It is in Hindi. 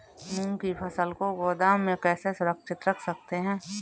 मूंग की फसल को गोदाम में कैसे सुरक्षित रख सकते हैं?